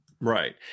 right